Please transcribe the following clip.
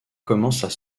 commencent